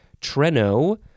treno